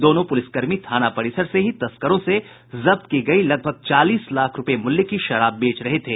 दोनों पुलिस कर्मी थाना परिसर से ही तस्करों से जब्त की गयी लगभग चालीस लाख रूपये मूल्य की शराब बेच रहे थे